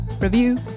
review